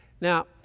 Now